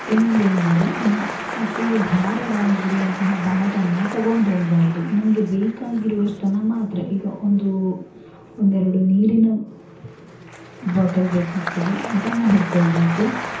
ಇನ್ನೊಂದೇನಂದ್ರೆ ನಾವು ಅತಿ ಭಾರವಾಗಿರುವಂತಹ ಬ್ಯಾಗನ್ನು ತಗೊಂಡು ಹೋಗಬಾರದು ನಮಗೆ ಬೇಕಾಗಿರುವಷ್ಟನ್ನು ಮಾತ್ರ ಈಗ ಒಂದು ಒಂದೆರಡು ನೀರಿನ ಬಾಟಲ್ ಬೇಕಾಗ್ತದೆ ಅದನ್ನು ಹಿಡ್ಕೊಳ್ಬೇಕು